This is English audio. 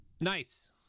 Nice